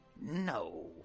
No